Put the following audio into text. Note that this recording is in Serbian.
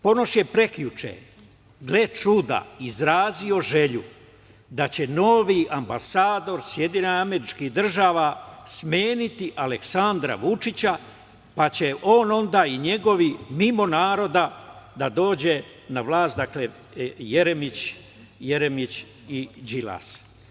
Ponoš je prekjuče, gle čuda, izrazio želju da će novi ambasador SAD smeniti Aleksandra Vučića pa će on onda i njegovi, mimo naroda, da dođu na vlast, dakle Jeremić i Đilas.